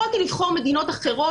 יכולתי לבחור מדינות אחרות.